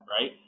right